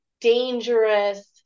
dangerous